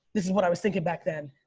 this is what i was thinking back then.